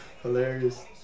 Hilarious